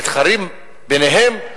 מתחרים ביניהם,